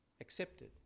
accepted